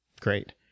great